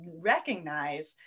recognize